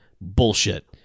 bullshit